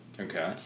Okay